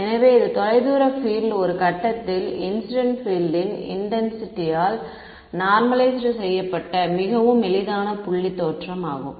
எனவே இது தொலைதூர பீல்ட் ஒரு கட்டத்தில் இன்சிடென்ட் பீல்ட் ன் இன்டென்சிட்டியால் நார்மலைய்ஸ்ட் செய்யப்பட்ட மற்றும் மிகவும் எளிதான புள்ளி தோற்றம் ஆகும்